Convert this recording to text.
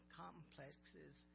complexes